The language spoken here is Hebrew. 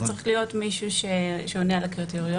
זה צריך להיות מישהו שעונה על הקריטריונים,